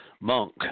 monk